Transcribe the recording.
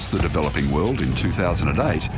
the developing world in two thousand and eight,